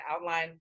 outline